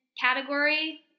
category